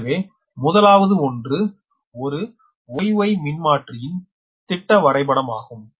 எனவே முதலாவது ஒன்று ஒரு Y Y மின்மாற்றியின் திட்ட வரைபடமாகும்